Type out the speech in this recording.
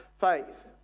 faith